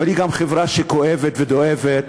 אבל היא גם חברה שכואבת ודואבת,